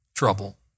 trouble